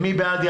מי בעד?